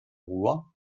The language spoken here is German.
ruhr